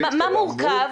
מה מורכב